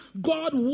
God